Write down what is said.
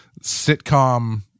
sitcom